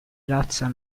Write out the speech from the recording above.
razza